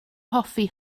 hoffi